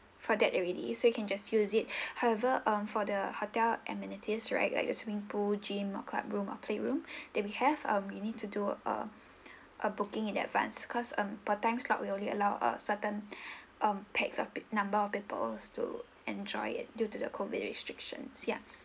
for that already so you can just use it however uh for the hotel amenities right like a swimming pool gym or club room or playroom then we have um we need to do a a booking in advance because um for time slot we only allow a certain um pax of pe~ number of people to enjoy it due to the COVID restriction ya